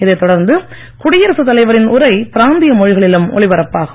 இதை தொடர்ந்து குடியரசு தலைவரின் உரை பிராந்திய மொழிகளிலும் ஒலிபரப்பாகும்